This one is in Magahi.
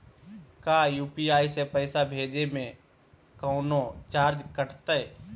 का यू.पी.आई से पैसा भेजे में कौनो चार्ज कटतई?